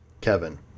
Kevin